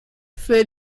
für